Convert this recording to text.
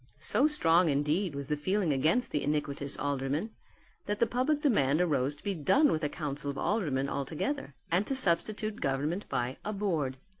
so strong, indeed, was the feeling against the iniquitous aldermen that the public demand arose to be done with a council of aldermen altogether and to substitute government by a board.